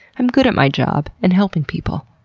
i'm good at my job and helping people.